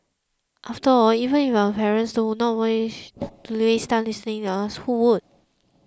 after all if even our parents do not want to waste time listening to us who would